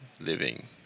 living